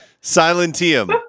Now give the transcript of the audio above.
Silentium